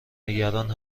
نگران